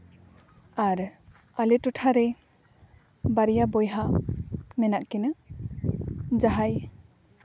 ᱟᱨ ᱟᱞᱮ ᱴᱚᱴᱷᱟ ᱨᱮ ᱵᱟᱨᱭᱟ ᱵᱚᱭᱦᱟ ᱢᱮᱱᱟᱜ ᱠᱤᱱᱟ ᱡᱟᱦᱟᱸᱭ